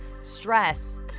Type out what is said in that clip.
stress